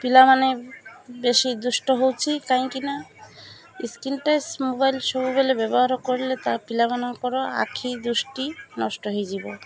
ପିଲାମାନେ ବେଶୀ ଦୁଷ୍ଟ ହେଉଛିି କାହିଁକିନା ସ୍କ୍ରିନ୍ ଟଚ୍ ମୋବାଇଲ୍ ସବୁବେଲେ ବ୍ୟବହାର କରିଲେ ତା ପିଲାମାନଙ୍କର ଆଖି ଦୃଷ୍ଟି ନଷ୍ଟ ହୋଇଯିବ